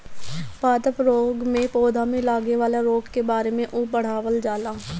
पादप रोग में पौधा में लागे वाला रोग के बारे में पढ़ावल जाला